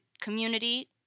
community